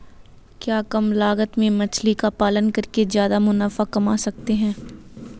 क्या कम लागत में मछली का पालन करके ज्यादा मुनाफा कमा सकते हैं?